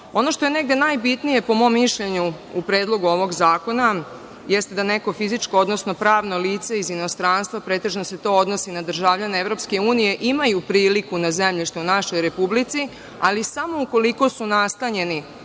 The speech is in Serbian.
što je najbitnije, po mom mišljenju, u Predlogu ovog zakona jeste da neko fizičko, odnosno pravno lice iz inostranstva, pretežno se to odnosi na državljane EU, imaju priliku na zemljište u našoj Republici, ali samo ukoliko su nastanjeni